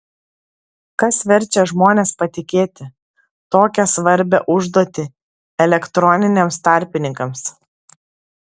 kas verčia žmones patikėti tokią svarbią užduotį elektroniniams tarpininkams